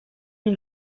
این